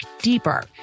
deeper